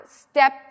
step